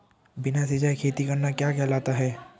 बिना सिंचाई खेती करना क्या कहलाता है?